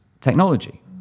technology